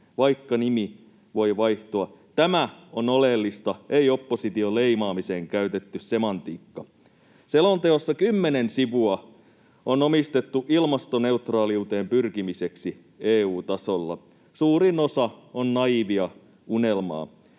vaikka nimi voi vaihtua? Tämä on oleellista, ei opposition leimaamiseen käytetty semantiikka. Selonteossa kymmenen sivua on omistettu ilmastoneutraaliuteen pyrkimiseksi EU-tasolla. Suurin osa on naiivia unelmaa.